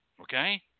Okay